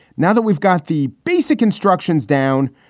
now that we've got the basic instructions down.